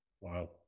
Wow